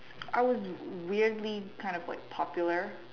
I was weirdly kind of like popular